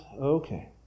Okay